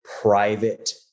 private